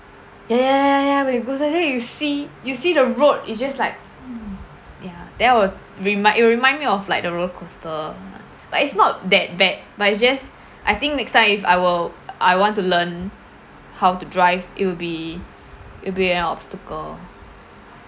ya ya ya ya ya when you go suddenly you see you see the road it's just like mm ya that would remind it remind me of like the roller coaster but it's not that bad but it's just I think next time if I'll I want to learn how to drive it will be it'll be an obstacle